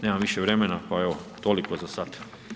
Nemam više vremena pa evo toliko za sad.